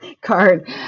card